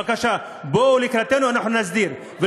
בבקשה, בואו לקראתנו, אנחנו נסדיר, תודה.